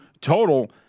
total